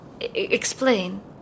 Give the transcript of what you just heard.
Explain